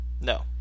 No